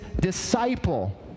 disciple